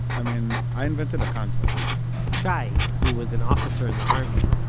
i mean, i invented a concept shai, who was an officer in the army,